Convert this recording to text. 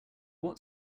what